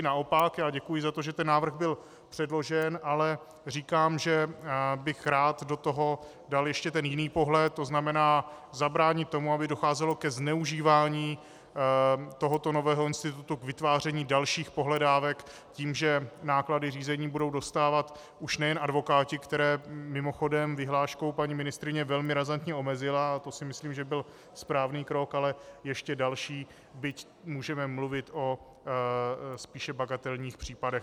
Naopak, já děkuji za to, že ten návrh byl předložen, ale říkám, že bych rád do toho dal ještě ten jiný pohled, tzn. zabránit tomu, aby docházelo ke zneužívání tohoto nového institutu k vytváření dalších pohledávek tím, že náklady řízení budou dostávat už nejen advokáti, které mimochodem vyhláškou paní ministryně velmi razantně omezila, a to si myslím, že byl správný krok, ale ještě další, byť můžeme mluvit o spíše bagatelních případech.